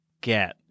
get